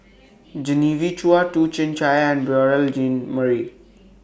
Genevieve Chua Toh Chin Chye and Beurel Jean Marie